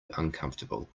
uncomfortable